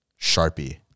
sharpie